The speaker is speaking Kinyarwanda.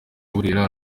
burera